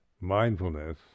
mindfulness